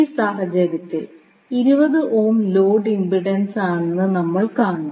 ഈ സാഹചര്യത്തിൽ 20 ohm load ഇംപെഡൻസാണെന്ന് നമ്മൾ കാണും